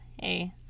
hey